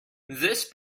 this